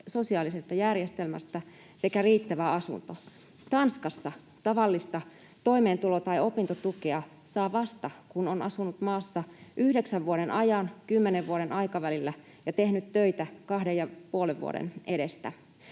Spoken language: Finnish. sosiaalisesta järjestelmästä sekä riittävä asunto. Tanskassa tavallista toimeentulo- tai opintotukea saa vasta, kun on asunut maassa yhdeksän vuoden ajan 10 vuoden aikavälillä ja tehnyt töitä 2,5 vuoden edestä.